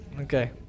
Okay